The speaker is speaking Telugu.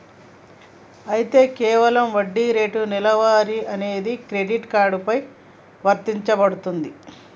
అయితే కేవలం వడ్డీ రేటు నెలవారీ అనేది క్రెడిట్ కార్డు పై వర్తించబడుతుంది